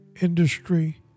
industry